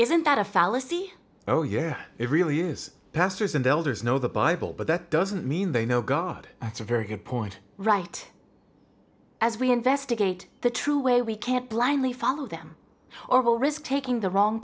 isn't that a fallacy oh yeah it really is pastors and elders know the bible but that doesn't mean they know god that's a very good point right as we investigate the true way we can't blindly follow them or will risk taking the wrong